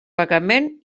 pagament